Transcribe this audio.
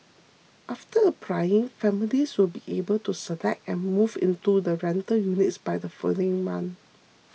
after applying families will be able to select and move into the rental units by the following month